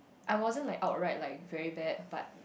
I wasn't like outright like very bad but